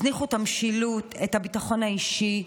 הזניחו את המשילות, את הביטחון האישי,